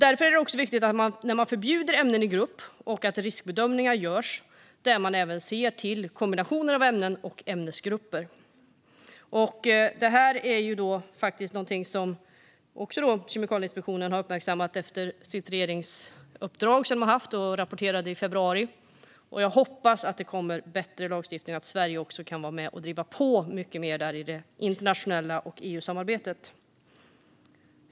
När man förbjuder ämnen i grupp är det därför viktigt att riskbedömningar görs även för kombinationer av ämnen och ämnesgrupper. Det här är någonting som också Kemikalieinspektionen har uppmärksammat efter det regeringsuppdrag som de har haft och som de rapporterade i februari. Jag hoppas att det kommer bättre lagstiftning och att Sverige också kan vara med och driva på mycket mer i det internationella samarbetet och i EU-samarbetet.